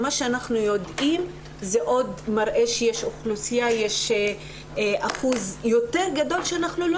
מה שאנחנו יודעים מראה שיש אחוז יותר גדול שאנחנו לא